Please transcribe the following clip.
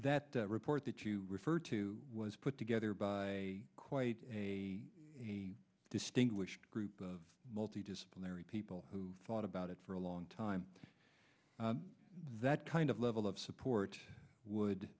that report that you referred to was put together by quite a distinguished group of multi disciplinary people who thought about it for a long time that kind of level of support would